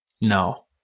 No